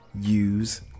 use